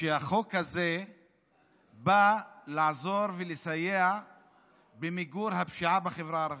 שהחוק הזה בא לעזור ולסייע במיגור הפשיעה בחברה הערבית,